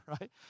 right